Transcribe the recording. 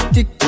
Tick